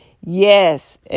yes